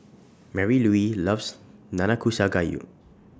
Marylouise loves Nanakusa Gayu